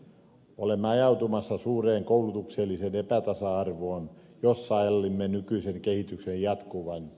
olemme ajautumassa suureen koulutukselliseen epätasa arvoon jos sallimme nykyisen kehityksen jatkuvan